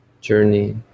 journey